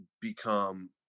become